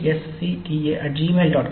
iisctagmail